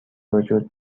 وجود